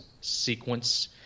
sequence